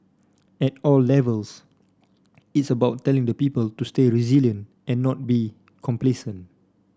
at all levels it's about telling the people to stay resilient and not be complacent